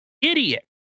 Idiot